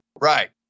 Right